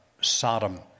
Sodom